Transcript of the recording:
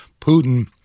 Putin